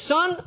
Son